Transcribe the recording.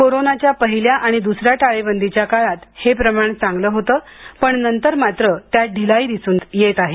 कोरोनाच्या पहिल्या आणि दूसऱ्या टाळेबंदीच्या काळात हे प्रमाण चांगले होते पण नंतर मात्र त्यात ढिलाई दिसून येत आहे